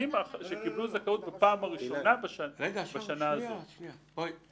לתלמידים שקיבלו זכאות בפעם הראשונה בשנה הזו.